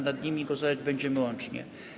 Nad nimi głosować będziemy łącznie.